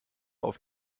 auf